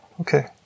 Okay